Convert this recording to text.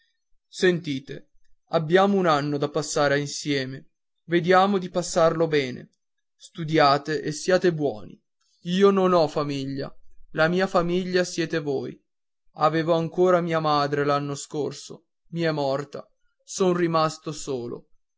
sentite abbiamo un anno da passare insieme vediamo di passarlo bene studiate e siate buoni io non ho famiglia la mia famiglia siete voi avevo ancora mia madre l'anno scorso mi è morta son rimasto solo